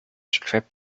strip